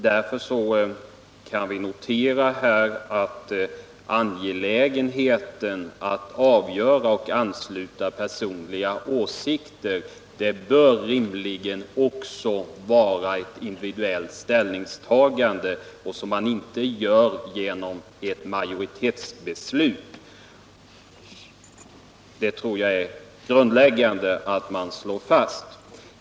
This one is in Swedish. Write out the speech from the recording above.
Därför kan vi notera att det är angeläget att en anslutning sker på grundval av personliga åsikter genom ett individuellt ställningstagande. Det bör inte vara något som sker genom ett majoritetsbeslut. Jag tror att det är grundläggande att fastslå detta.